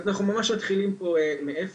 ואנחנו ממש מחילים פה מאפס.